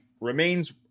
remains